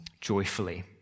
joyfully